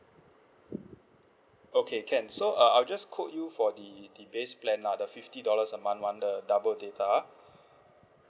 okay can so uh I'll just quote you for the the base plan ah the fifty dollars a month [one] the double data